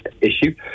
issue